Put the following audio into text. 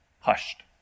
hushed